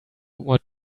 what